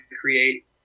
create